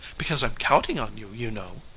because i'm counting on you, you know.